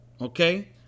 okay